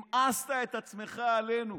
המאסת את עצמך עלינו.